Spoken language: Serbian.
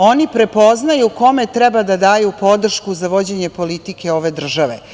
Oni prepoznaju kome treba da daju podršku za vođenje politike ove države.